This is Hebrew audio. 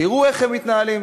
תראו איך הם מתנהלים,